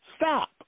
Stop